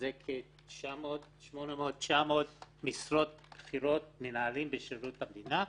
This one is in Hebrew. שזה כ-900-800 משרות בכירות מנהלים בשירות המדינה,